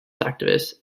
activist